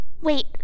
Wait